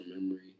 memory